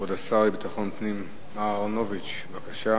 כבוד השר לביטחון פנים יצחק אהרונוביץ, בבקשה.